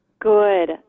Good